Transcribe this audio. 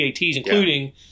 including